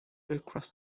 across